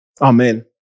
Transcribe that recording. Amen